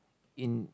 in